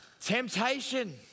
Temptation